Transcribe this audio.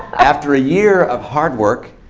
after a year of hard work,